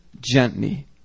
gently